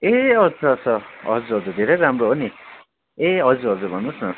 ए अच्छा अच्छा हजुर हजुर धेरै राम्रो हो नि ए हजुर हजुर भन्नुहोस् न